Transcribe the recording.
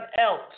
else